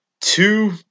two